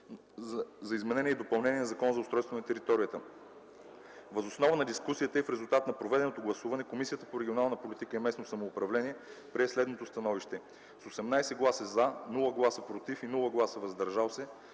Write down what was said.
за изменение и допълнение на Закона за устройство на територията. Въз основа на дискусията и в резултат на проведеното гласуване Комисията по регионална политика и местното самоуправление прие следното становище. С 18 гласа „за”, без „против” и „въздържали се”